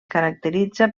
caracteritza